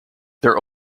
their